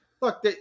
look